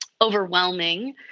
overwhelming